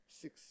six